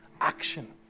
action